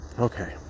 Okay